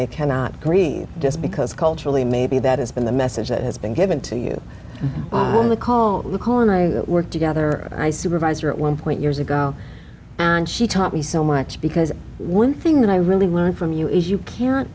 they cannot agree just because culturally maybe that has been the message that has been given to you when we call the corner that we're together i supervisor at one point years ago and she taught me so much because one thing that i really learned from you is you can